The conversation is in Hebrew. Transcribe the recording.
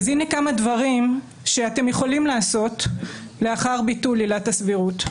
הנה כמה דברים שאתם יכולים לעשות לאחר ביטול עילת הסבירות.